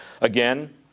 Again